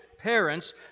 parents